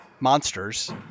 monsters